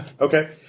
okay